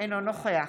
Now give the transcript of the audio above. אינו נוכח